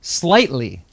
slightly